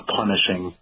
punishing